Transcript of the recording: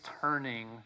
turning